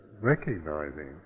recognizing